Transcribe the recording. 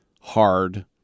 hard